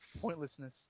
pointlessness –